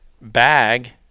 bag